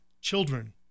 children